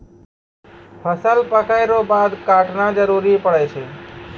फसल पक्कै रो बाद काटना जरुरी पड़ै छै